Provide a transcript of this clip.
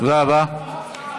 תודה רבה.